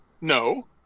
No